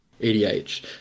EDH